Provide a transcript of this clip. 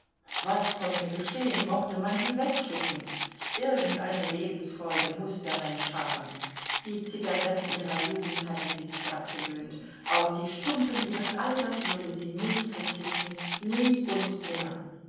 was konnte geschehen mochte man sie wegschicken irgendeine lebensfreude muß der mensch haben die zigaretten ihrer jugend hatte sie sich abgewöhnt auf die stumpen ihres alters würde sie nicht verzichten nie und nimmer